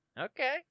Okay